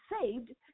saved